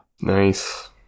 Nice